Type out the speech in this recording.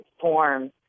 forms